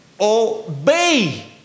obey